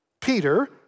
Peter